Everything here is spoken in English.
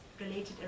related